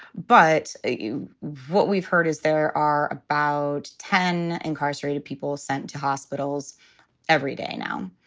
but you what we've heard is there are about ten incarcerated people sent to hospitals every day now.